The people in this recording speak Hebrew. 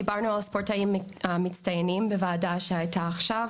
דיברנו על ספורטאים מצטיינים בוועדה שהייתה עכשיו,